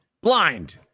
blind